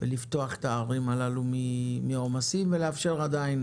ולפתוח את הערים הללו מעומס, ולאפשר עדיין